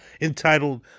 entitled